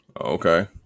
okay